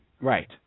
Right